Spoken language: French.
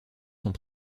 sont